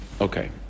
Okay